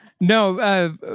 No